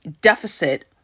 deficit